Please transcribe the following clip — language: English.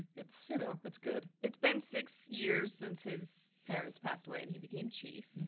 it's, you know, it's good. it's been six years since his parents passed away and he became chief.